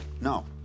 No